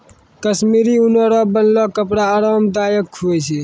कश्मीरी ऊन रो बनलो कपड़ा आराम दायक हुवै छै